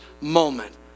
moment